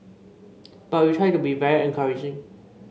but we try to be very encouraging